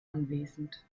anwesend